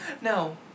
no